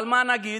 אבל מה נגיד?